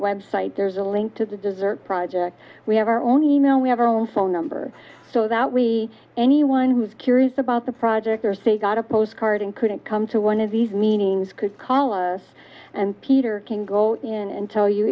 website there's a link to the desert project we have our own email we have our home phone number so that we anyone who's curious about the project or say got a postcard and couldn't come to one of these meanings could call us and peter can go in and tell you